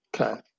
okay